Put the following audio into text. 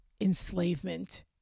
enslavement